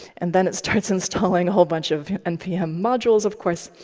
and then it starts installing a whole bunch of npm modules, of course.